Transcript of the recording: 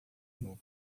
novo